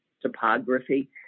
topography